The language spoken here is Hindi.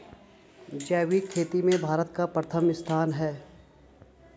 जैविक खेती में भारत का प्रथम स्थान है